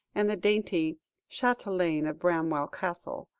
and the dainty chatelaine of bramwell castle.